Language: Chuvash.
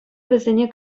вӗсене